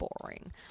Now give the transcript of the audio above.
boring